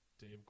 Dave